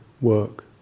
work